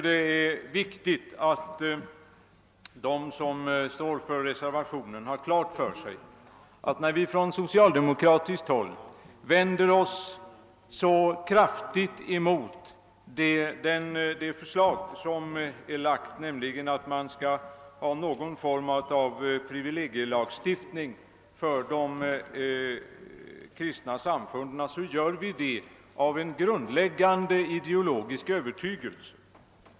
Det är viktigt att reservanterna har klart för sig att när vi på socialdemokratiskt håll vänder oss så kraftigt mot förslaget om en privilegielagstiftning för de kristna samfunden, så gör vi det på grund av en grundläggande ideologisk övertygelse.